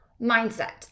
mindset